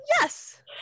Yes